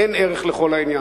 אין ערך לכל העניין.